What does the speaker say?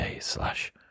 slash